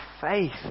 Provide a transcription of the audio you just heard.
faith